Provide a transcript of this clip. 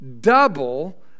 Double